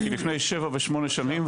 כי לפני שבע ושמונה שנים,